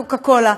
מקוקה קולה.